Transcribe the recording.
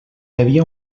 havia